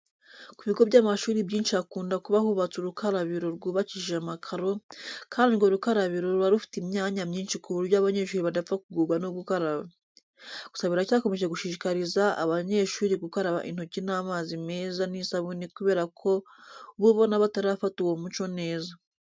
Ku bigo by'amashuri byinshi hakunda kuba hubatse urukarabiro rwubakishije amakaro, kandi urwo rukarabiro ruba rufite imyanya myinshi ku buryo abanyeshuri badapfa kugorwa no gukaraba. Gusa biracyakomeje gushishikariza abanyeshuri gukaraba intoki n'amazi meza n'isabune kubera ko uba ubona batarafata uwo muco neza.